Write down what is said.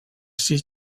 sis